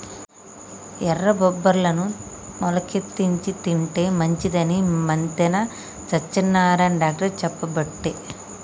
ఎర్ర బబ్బెర్లను మొలికెత్తిచ్చి తింటే మంచిదని మంతెన సత్యనారాయణ డాక్టర్ చెప్పబట్టే